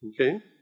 Okay